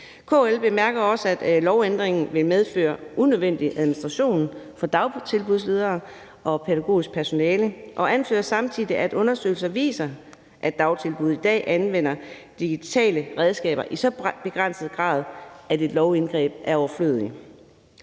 KL bemærker også, at lovændringen vil medføre unødvendig administration for dagtilbudsledere og pædagogisk personale, og anfører samtidig, at undersøgelser viser, at dagtilbud i dag anvender digitale redskaber i så begrænset en grad, at et lovindgreb er overflødigt.